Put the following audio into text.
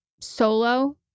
solo